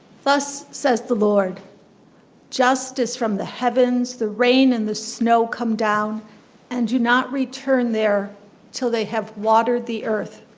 thus says the lord just as from the heavens the rain and the snow come down and do not return there till they have watered the earth,